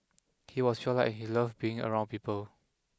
he was well liked he loved being around people